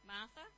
Martha